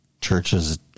churches